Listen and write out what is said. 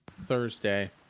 Thursday